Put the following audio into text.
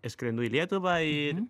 aš skrendu į lietuvą ir